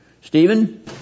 Stephen